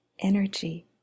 energy